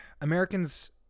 Americans